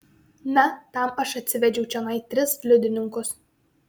na tam aš atsivedžiau čionai tris liudininkus